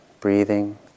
breathing